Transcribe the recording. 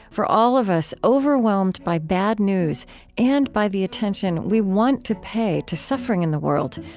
for all of us overwhelmed by bad news and by the attention we want to pay to suffering in the world,